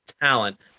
talent